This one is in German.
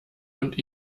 und